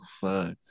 fuck